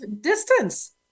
distance